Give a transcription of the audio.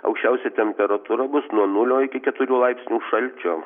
aukščiausia temperatūra bus nuo nulio iki keturių laipsnių šalčio